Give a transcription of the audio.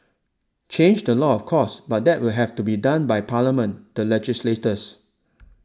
change the law of course but that will have to be done by Parliament the legislators